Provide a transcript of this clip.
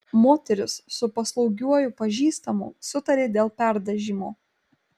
moteris su paslaugiuoju pažįstamu sutarė dėl perdažymo